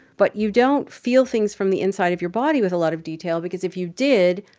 but you don't feel things from the inside of your body with a lot of detail because if you did,